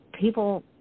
people